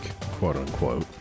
quote-unquote